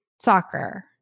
soccer